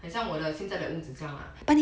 很像我的现在的屋子这样啦